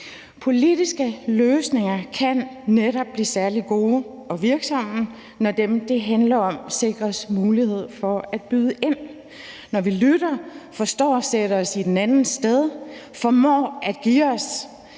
Politiske løsninger kan netop blive særlig gode og virksomme, når dem, det handler om, sikres mulighed for at byde ind; når vi lytter, forstår at sætte os i den andens sted, formår at give os,